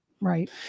right